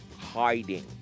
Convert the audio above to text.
hiding